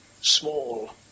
small